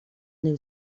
new